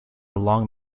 long